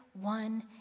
one